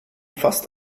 fast